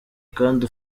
kandi